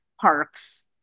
parks